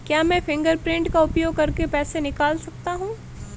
क्या मैं फ़िंगरप्रिंट का उपयोग करके पैसे निकाल सकता हूँ?